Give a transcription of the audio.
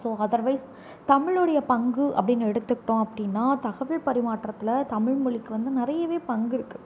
so otherwise தமிழுடைய பங்கு அப்படின்னு எடுத்துகிட்டோம் அப்படின்னா தகவல் பரிமாற்றத்தில் தமிழ்மொழிக்கு வந்து நிறையவே பங்கு இருக்குது